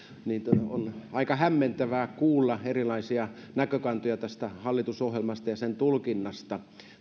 on aika hämmentävää kuulla erilaisia näkökantoja tästä hallitusohjelmasta ja sen tulkinnasta